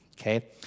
okay